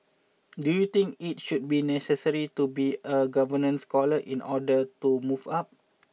do you think it should be necessary to be a government scholar in order to move up